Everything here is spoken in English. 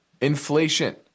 inflation